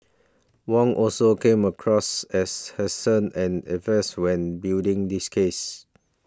Wong also came across as hesitant and evasive when building his case